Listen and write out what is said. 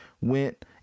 went